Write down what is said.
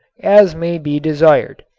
as may be desired.